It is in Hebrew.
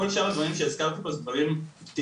כל שאר הדברים שהזכרתי פה זה דברים פתירים,